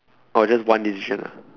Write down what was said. or just one decision ah